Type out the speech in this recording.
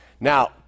Now